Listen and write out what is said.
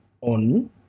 on